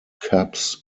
cubs